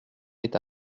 est